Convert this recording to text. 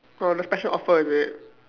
oh the special offer is it